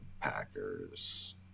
Packers